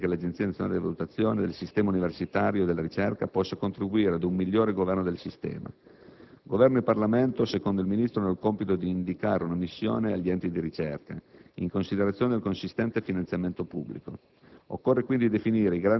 Al riguardo egli ritiene che l'Agenzia nazionale di valutazione del sistema universitario della ricerca possa contribuire ad un migliore governo del sistema. Governo e Parlamento, secondo il Ministro, hanno il compito di indicare una missione agli enti di ricerca, in considerazione del consistente finanziamento pubblico.